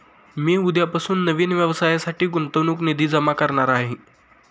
मी उद्यापासून नवीन व्यवसायासाठी गुंतवणूक निधी जमा करणार आहे